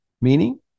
meaning